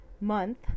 month